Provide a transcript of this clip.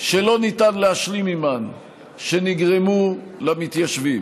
שלא ניתן להשלים עימן שנגרמו למתיישבים.